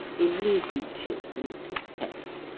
in knee-breeches and a pig-tail.